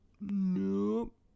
Nope